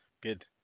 good